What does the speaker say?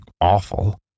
awful